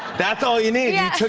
that's all you need. yeah